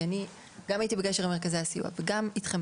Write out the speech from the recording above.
כי אני גם הייתי בקשר עם מרכזי הסיוע וגם אתכם